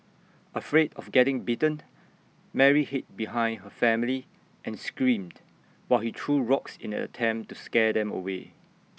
afraid of getting bitten Mary hid behind her family and screamed while he threw rocks in an attempt to scare them away